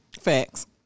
Facts